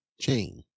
chain